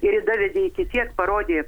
ir ji davedė iki tiek parodė